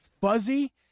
fuzzy